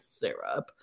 syrup